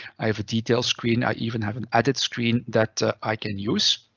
i have a detail screen, i even have an added screen that i can use.